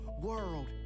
world